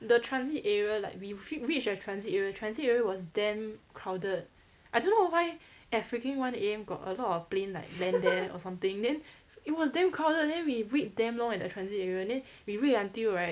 the transit area like we reached the transit area transit area was damn crowded I don't know why at freaking one A_M got a lot of plane like land there or something then it was damn crowded then we wait damn long at the transit area then we wait until right